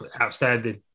outstanding